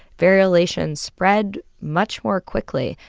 variolation spread much more quickly,